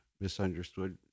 misunderstood